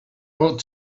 walk